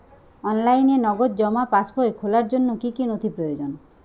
অনলাইনে নগদ জমা পাসবই খোলার জন্য কী কী নথি প্রয়োজন?